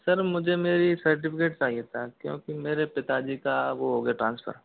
sir मुझे मेरी certificate चाहिए था क्योंकि मेरे पिता जी का वो हो गया ट्रान्सफर